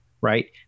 right